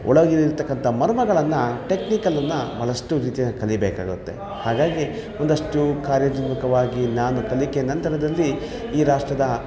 ಒಳಗಿರತಕ್ಕಂಥ ಮರ್ಮಗಳನ್ನು ಟೆಕ್ನಿಕಲನ್ನು ಭಾಳಷ್ಟು ರೀತಿನಲ್ಲಿ ಕಲಿಬೇಕಾಗುತ್ತೆ ಹಾಗಾಗಿ ಒಂದಷ್ಟು ಕಾರ್ಯೋಜ್ ಮುಖವಾಗಿ ನಾನು ಕಲಿಕೆ ನಂತರದಲ್ಲಿ ಈ ರಾಷ್ಟ್ರದ